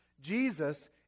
Jesus